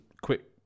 quick